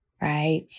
right